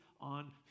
on